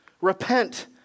repent